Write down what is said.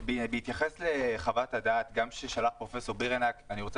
בהתייחס לחוות הדעת גם ששלח בירנהק אני רוצה